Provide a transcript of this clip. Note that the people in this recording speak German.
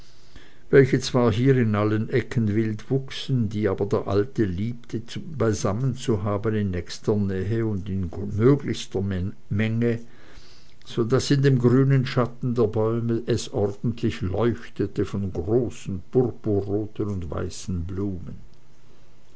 welche zwar hier in allen ecken wild wuchsen die aber der alte liebte beisammen zu haben in nächster nähe und in möglichster menge so daß in dem grünen schatten der bäume es ordentlich leuchtete von großen purpurroten und weißen blumen